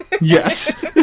Yes